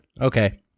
okay